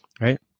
Right